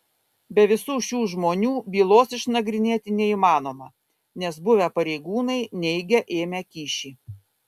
be visų šių žmonių bylos išnagrinėti neįmanoma nes buvę pareigūnai neigia ėmę kyšį